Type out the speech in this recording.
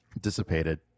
dissipated